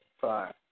five